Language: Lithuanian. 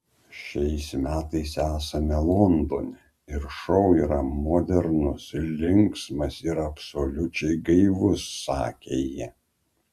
šiais metais esame londone ir šou yra modernus linksmas ir absoliučiai gaivus sakė ji